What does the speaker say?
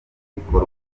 gikorwa